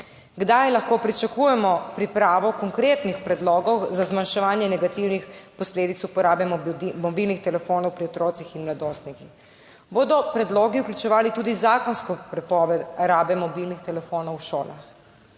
Kdaj lahko pričakujemo pripravo konkretnih predlogov za zmanjševanje negativnih posledic uporabe mobilnih telefonov pri otrocih in mladostnikih? Bodo predlogi vključevali tudi zakonsko prepoved rabe mobilnih telefonov v šolah?